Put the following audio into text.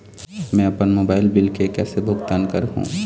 मैं अपन mobile bill के कैसे भुगतान कर हूं?